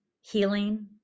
healing